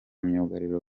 myugariro